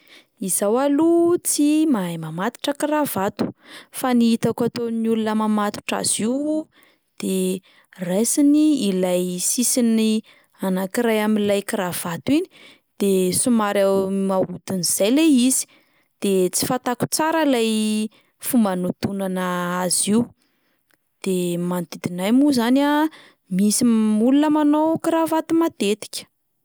Izaho aloha tsy mahay mamatotra kravato fa ny itako ataon'ny olona mamatotra azy io de raisiny ilay sisin'ny anankiray amin'ilay kravato iny de somary ahodina izay ilay izy, de tsy fantako tsara ilay fomba anodonana azy io, de manodidina ahy moa zany a misy olona manao kravato matetika.